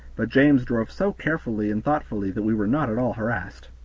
but james drove so carefully and thoughtfully that we were not at all harassed.